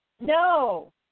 No